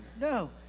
No